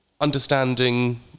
understanding